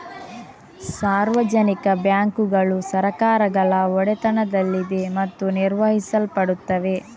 ಸಾರ್ವಜನಿಕ ಬ್ಯಾಂಕುಗಳು ಸರ್ಕಾರಗಳ ಒಡೆತನದಲ್ಲಿದೆ ಮತ್ತು ನಿರ್ವಹಿಸಲ್ಪಡುತ್ತವೆ